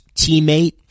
teammate